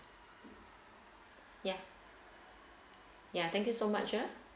yeah ya thank you so much ah